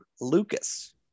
Lucas